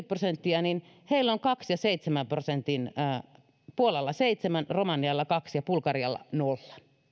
prosenttia on kaksi prosenttia ja seitsemän prosenttia puolalla seitsemän romanialla kaksi ja bulgarialla nolla